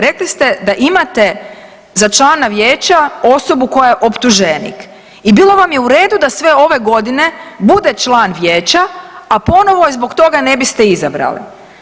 Rekli ste da imate za člana vijeća osobu koja je optuženik i bilo vam je u redu da sve ove godine bude član vijeća, a ponovo je zbog toga ne biste izabrali.